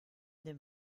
dem